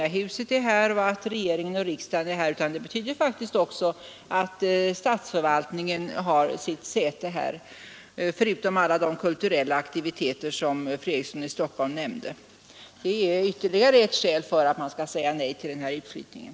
Det betyder, förutom alla de kulturella aktiviteter som fru Eriksson i Stockholm nämnde, att kungahuset är här, och att regering och riksdag är här. Detta är ytterligare ett skäl för att man skall säga nej till den här utflyttningen.